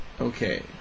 okay